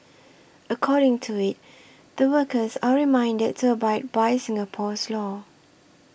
according to it the workers are reminded to abide by Singapore's law